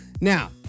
now